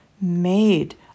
Made